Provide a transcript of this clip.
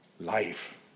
life